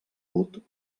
vot